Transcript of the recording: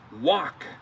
walk